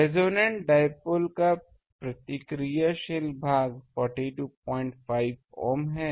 resonant dipole का प्रतिक्रियाशील भाग 425 ohm है